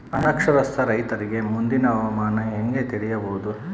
ಅನಕ್ಷರಸ್ಥ ರೈತರಿಗೆ ಮುಂದಿನ ಹವಾಮಾನ ಹೆಂಗೆ ತಿಳಿಯಬಹುದು?